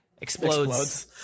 explodes